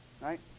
Right